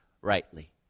rightly